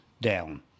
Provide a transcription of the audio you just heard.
down